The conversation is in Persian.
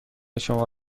شما